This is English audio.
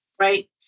Right